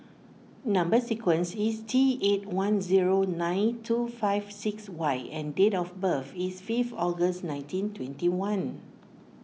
Number Sequence is T eight one zero nine two five six Y and date of birth is fifth August nineteen twenty one